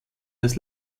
des